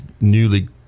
newly